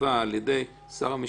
שייקבע על-ידי שר המשפטים,